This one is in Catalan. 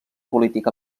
polític